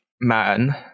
man